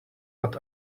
but